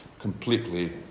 completely